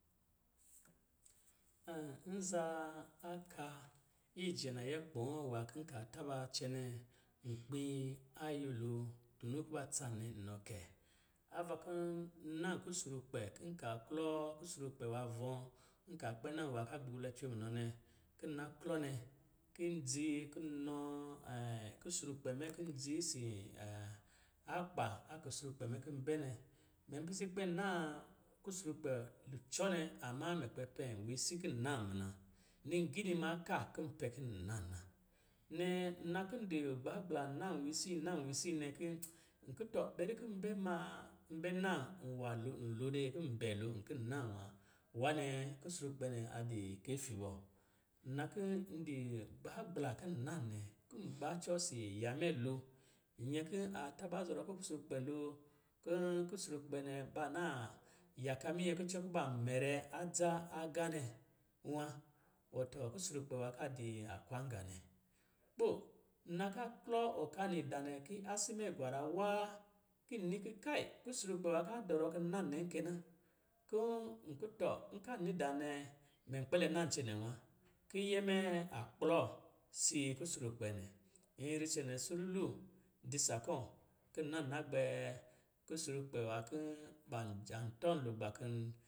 nzaa aka ijɛnayɛ kpɔ̄ɔ̄ nwā ki ka taba cɛnɛ nkpā a nyɛlo tunu kuba tsan nɛ nɔ kɛ. Ava kɔ̄ n na kusrukpɛ, kin ka klɔ kusrukpɛ nwā nɔ̄, nka kpɛ na wa ka gugblɛ cwe munɔ nɛ, ki nna klɔ nɛ, kin dzi kɔ̄ nɔɔ kusrukpɛ mɛ kin dzi isin akpa a kusrukpɛ mɛ kɔ̄ bɛ nɛ, mɛ pise kpɛ naa kusrukpɛ lucɔ nɛ, amma mɛ kpɛ pɛm wisii kin nna muna. Ligini maa ka kɔ̄ pɛ kɔ̄ naa na. Nnɛ, nna kɔ̄ di gbaagbla nna wisii, nna wisii nɛ ki, nki tɔ bɛri nkɔ̄ n bɛ maa, n bɛ naa nwalo lo dɛɛ, kɔ̄ bɛ lo nkɔ̄ nna nwā, nwanɛɛ kusrukpɛ nɛ a di kɛffi bɔ. Nna kɔ̄ ndi gbaagbla ki nna nɛ, kɔ̄ gbacɔ sii nya mɛ lo, nyɛ kɔ̄ a taba zɔrɔ kusrukpɛ lo kɔ̄ kusrukpɛ nɛ, ba naa yaka minyɛ kucɔ kɔ̄ ban mɛrɛ adza agā nɛ wa. Wɔtɔɔ, kusrukpɛ wa ka di akwanga nɛ. Kpo, nna ka klɔ ɔka nɛ ida nɛ, ki asi mɛ gwara waa, kin ni ki kai kusrukpɛ wa ka a dɔrɔ kɔ̄ nna nɛ kɛ na. Kɔ̄ n kɔ̄ tɔ nka ni dāā nɛ, mɛ kpɛlɛ na cɛnɛ wa. Kiyɛ mɛ a kplɔ sii kusrukpɛ nɛ. Nri cɛnɛ sululu, dzisa kɔ̄, ki nna na gbɛ kusrukpɛ nwā kɔ̄ ban an tɔlugba kɔ̄